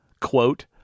quote